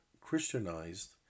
Christianized